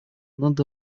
над